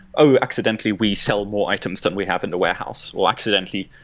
oh! accidentally, we sell more items than we have in the warehouse, or, accidentally,